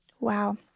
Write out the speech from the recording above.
Wow